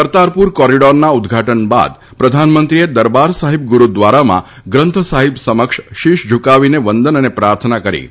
કરતારપુર કોરીડોરના ઉદ્દઘાટન બાદ પ્રધાનમંત્રીએ દરબાર સાહિબ ગુરૂદ્વારામાં ગ્રંથ સાહિબ સમક્ષ શીશ ઝુકાવીને વંદન અને પ્રાર્થના કરી હતી